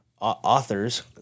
authors